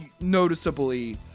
noticeably